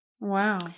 Wow